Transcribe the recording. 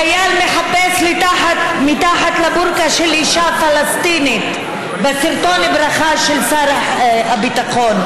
חייל מחפש מתחת לבורקה של אישה פלסטינית בסרטון ברכה של שר הביטחון.